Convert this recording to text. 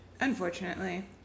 Unfortunately